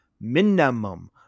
minimum